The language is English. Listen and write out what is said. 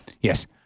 Yes